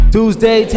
Tuesday